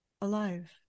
alive